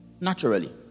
Naturally